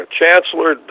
chancellor